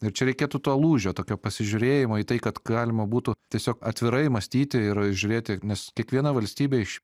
ir čia reikėtų to lūžio tokio pasižiūrėjimo į tai kad galima būtų tiesiog atvirai mąstyti ir žiūrėti nes kiekviena valstybė iš